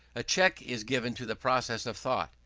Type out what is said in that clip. a check is given to the process of thought.